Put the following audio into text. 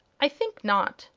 i think not.